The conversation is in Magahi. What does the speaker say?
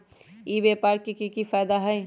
ई व्यापार के की की फायदा है?